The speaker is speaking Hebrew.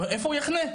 איפה הוא יחנה?